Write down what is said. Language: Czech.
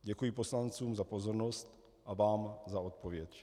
Děkuji poslancům za pozornost a vám za odpověď.